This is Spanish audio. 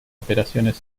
operaciones